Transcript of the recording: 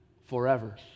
forever